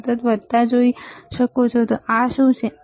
તમે સતત વધતા જોઈ શકો છો આ શું છે